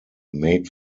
made